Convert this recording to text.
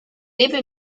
debe